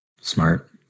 Smart